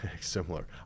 similar